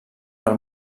per